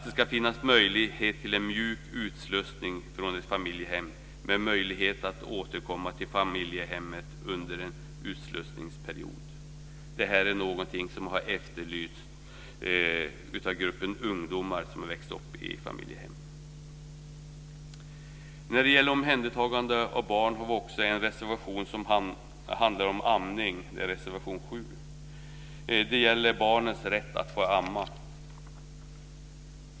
Det ska finnas möjlighet till en mjuk utslussning från ett familjehem med möjlighet att återkomma till familjehemmet under en utslussningsperiod. Det här är något som har efterlysts av gruppen ungdomar som har vuxit upp i familjehem. När det gäller omhändertagande av barn har vi också en reservation som handlar om amning, reservation 7. Det gäller barns rätt att bli ammade.